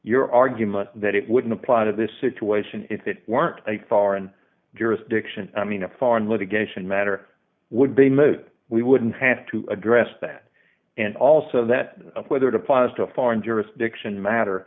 your argument that it wouldn't apply to this situation if it weren't a foreign jurisdiction i mean a foreign litigation matter would be moot we wouldn't have to address that and also that whether it applies to foreign jurisdiction matter